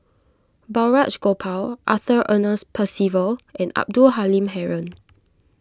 Balraj Gopal Arthur Ernest Percival and Abdul Halim Haron